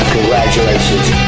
Congratulations